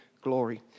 glory